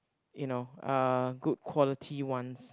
you know uh good quality ones